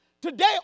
Today